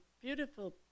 beautiful